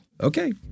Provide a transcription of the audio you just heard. Okay